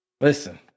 listen